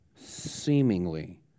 seemingly